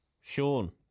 Sean